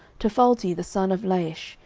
to phalti the son of laish,